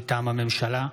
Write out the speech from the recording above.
מטעם הממשלה: